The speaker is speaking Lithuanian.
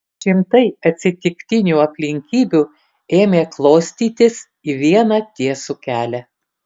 šimtai atsitiktinių aplinkybių ėmė klostytis į vieną tiesų kelią